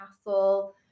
castle